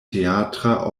teatra